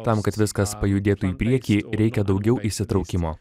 tam kad viskas pajudėtų į priekį reikia daugiau įsitraukimo